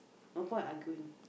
no point arguing